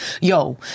yo